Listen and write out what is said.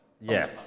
Yes